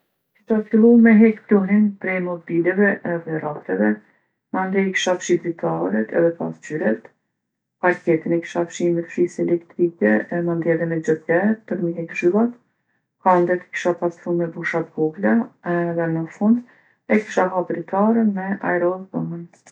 Kisha fillu me hek pluhnin prej mobileve edhe rafteve. Mandej kisha fshi dritaret edhe pasqyret. Parketin e kisha fshi me fshisë elektrike e mandej edhe me xhoker për mi hek zhyllat. Kandet i kisha pastru me brusha t'vogla edhe në fund e kisha hap dritaren me ajros dhomën.